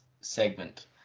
segment